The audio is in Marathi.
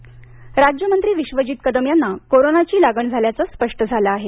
सांगली राज्य मंत्री विश्वजित कदम यांना कोरोनाची लागण झाल्याचं स्पष्ट झालं आहे